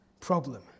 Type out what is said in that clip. problem